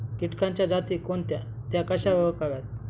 किटकांच्या जाती कोणत्या? त्या कशा ओळखाव्यात?